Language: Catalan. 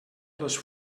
les